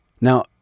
Now